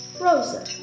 Rosa